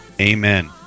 Amen